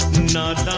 not